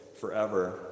forever